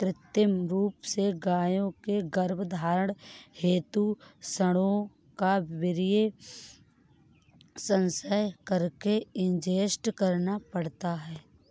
कृत्रिम रूप से गायों के गर्भधारण हेतु साँडों का वीर्य संचय करके इंजेक्ट करना पड़ता है